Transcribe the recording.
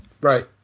Right